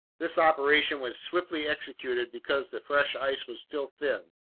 this operation was swiftly executed because the fresh ice was still thin.